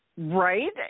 Right